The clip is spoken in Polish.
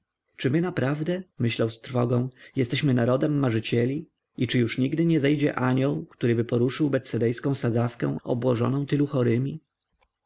czy my naprawdę myślał z trwogą jesteśmy narodem marzycieli i czy już nigdy nie zejdzie anioł któryby poruszył betsedejską sadzawkę obłożoną tylu chorymi